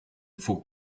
for